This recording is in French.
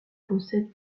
possède